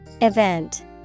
Event